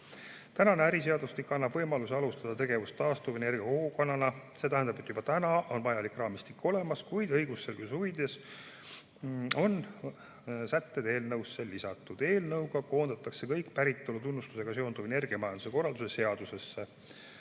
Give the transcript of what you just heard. Tänane äriseadustik annab võimaluse alustada tegevust taastuvenergiakogukonnana. See tähendab, et juba täna on vajalik raamistik olemas, kuid õigusselguse huvides on sätted eelnõusse lisatud. Eelnõuga koondatakse kõik päritolutunnustusega seonduv energiamajanduse korralduse seadusesse.